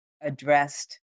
addressed